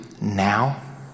now